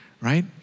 right